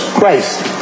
Christ